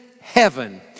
heaven